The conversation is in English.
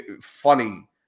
funny